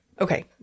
okay